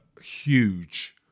huge